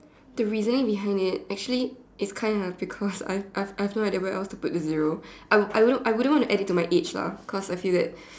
the reasoning behind it actually it's kind of because I've I've I've no idea where else to put the zero I I wouldn't I wouldn't want to add it to my age lah cause I feel that